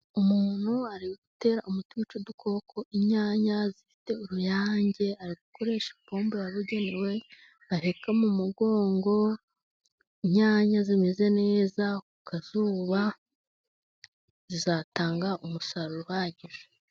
Umuntu ari gutera umuti wica udukoko, inyanya zifite uruyange, ari gukoresha ipombo yabugenewe, aheka mu mugongo, inyanya zimeze neza ku kazuba, zizatanga umusaruro uhagije.